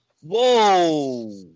Whoa